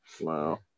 wow